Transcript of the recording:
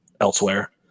elsewhere